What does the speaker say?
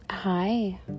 Hi